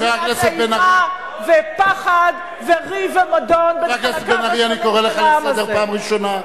זריעת אימה ופחד וריב ומדון בין חלקיו השונים של העם הזה.